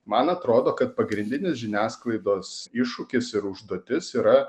man atrodo kad pagrindinis žiniasklaidos iššūkis ir užduotis yra